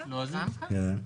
בלועזית.